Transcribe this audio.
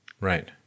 Right